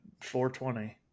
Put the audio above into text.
420